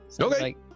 Okay